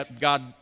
God